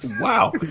Wow